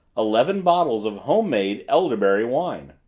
eleven bottles of home-made elderberry wine.